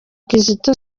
kizito